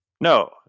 No